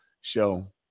Show